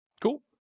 Cool